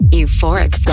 Euphoric